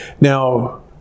Now